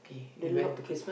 the log cake